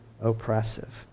oppressive